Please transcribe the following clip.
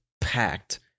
packed